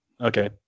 Okay